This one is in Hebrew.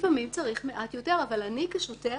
לפעמים צריך מעט יותר, אבל אני כשוטר